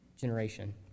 generation